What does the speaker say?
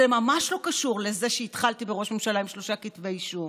זה ממש לא קשור לזה שהתחלתי בראש ממשלה עם שלושה כתבי אישום,